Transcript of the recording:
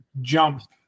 jump